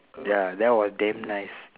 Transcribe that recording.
ya that was damn nice